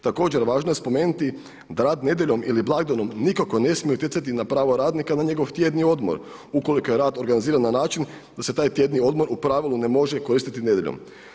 Također važno je spomenuti da rad nedjeljom ili blagdanom nikako ne smije utjecati na prava radnika na njegov tjedni odmor ukoliko je rad organiziran na način da se taj tjedni odmor u pravilu ne može koristiti nedjeljom.